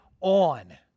on